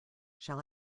shall